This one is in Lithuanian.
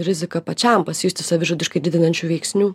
rizika pačiam pasijusti savižudiškai didinančių veiksnių